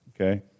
Okay